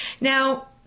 Now